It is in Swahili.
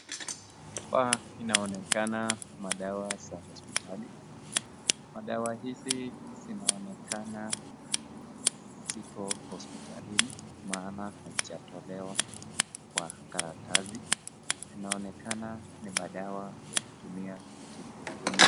Hapa inaonekana madawa za hospitali , madawa hizi zinaonekana ziko hospitalini maana haijatolewa kwa karatasi, inaonekana ni madawa ya kutumia kutibu mgonjwa.